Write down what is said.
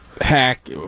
Hack